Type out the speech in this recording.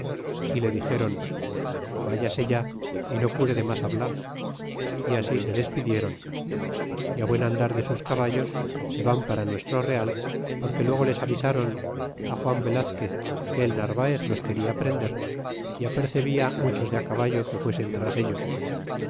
y le dixéron vayase ya y no cure de mas hablar y así se despidiéron y a buen andar de sus caballos se van para nuestro real porque luego les avisaron á juan velazquez que el narvaez los que na prender y apercebia muchos de á caballo que fuesen tras ellos